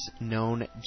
known